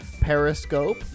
Periscope